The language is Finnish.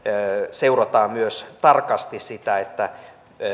seurataan tarkasti myös sitä